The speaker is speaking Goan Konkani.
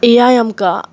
ए आय आमकां